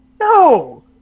No